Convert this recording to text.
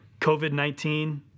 COVID-19